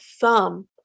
thumb